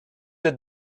êtes